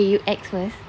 okay you X first